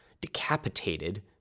decapitated